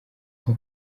nko